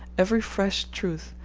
every fresh truth,